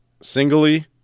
singly